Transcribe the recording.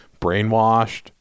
brainwashed